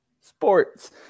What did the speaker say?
Sports